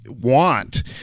want